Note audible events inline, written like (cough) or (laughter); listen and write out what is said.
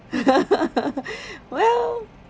(laughs) well